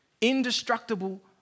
Indestructible